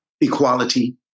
Equality